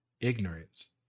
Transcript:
ignorance